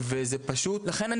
לכן,